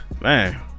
man